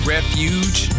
Refuge